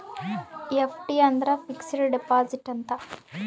FD ಅಂದ್ರ fixed deposit ಅಂತ